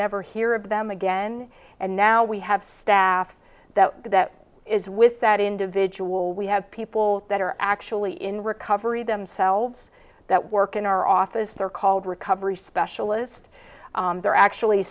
never hear of them again and now we have staff that is with that individual we have people that are actually in recovery themselves that work in our office they're called recovery specialist they're actually